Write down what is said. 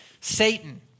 Satan